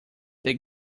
that